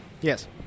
Yes